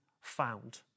found